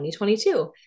2022